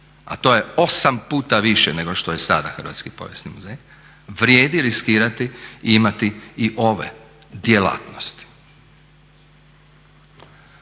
a to je 8 puta više nego što je sada Hrvatski povijesni muzej vrijedi riskirati i imati i ove djelatnosti.